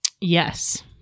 Yes